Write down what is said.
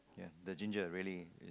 ya the ginger really is